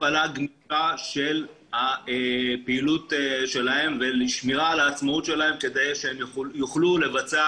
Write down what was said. ------ של הפעילות שלהן ושמירה על העצמאות שלהן כדי שיוכלו לבצע